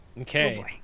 Okay